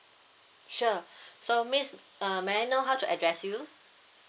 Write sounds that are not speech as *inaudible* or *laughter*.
sure *breath* so miss uh may I know how to address you